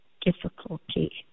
difficulty